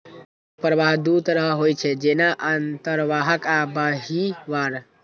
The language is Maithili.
नकद प्रवाह दू तरहक होइ छै, जेना अंतर्वाह आ बहिर्वाह